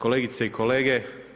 Kolegice i kolege.